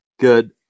Good